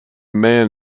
man